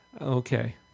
Okay